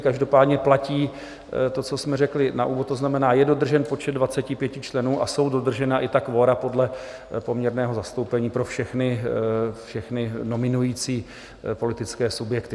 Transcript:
Každopádně platí to, co jsme řekli na úvod, to znamená dodržet počet 25 členů, a jsou dodržena i kvora podle poměrného zastoupení pro všechny nominující politické subjekty.